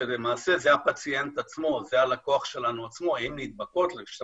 זה שדורש את אישור ועדת הלסינקי ופורסם שעדיין לא